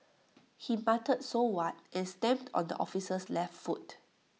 he muttered so what and stamped on the officer's left foot